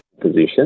position